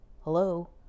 hello